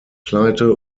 pleite